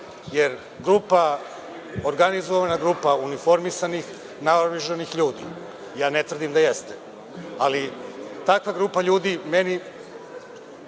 organizovana grupa uniformisanih, naoružanih ljudi, ja ne tvrdim da jeste, ali takva grupa ljudi meni